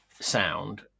Sound